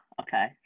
Okay